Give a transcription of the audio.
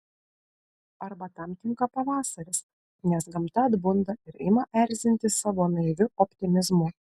arba tam tinka pavasaris nes gamta atbunda ir ima erzinti savo naiviu optimizmu